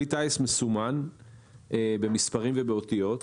כלי טייס מסומן במספרים ובאותיות.